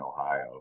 ohio